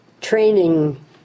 training